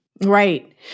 Right